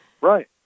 right